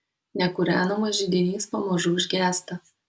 nekūrenamas židinys pamažu užgęsta